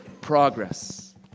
progress